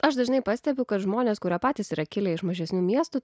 aš dažnai pastebiu kad žmonės kurie patys yra kilę iš mažesnių miestų